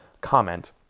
comment